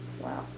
Wow